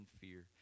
fear